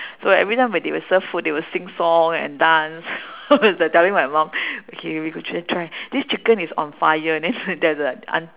so every time when they will serve food they will sing song and dance telling my mom okay we go try try this chicken is on fire then there's a aunt~